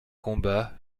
combat